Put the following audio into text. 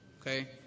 okay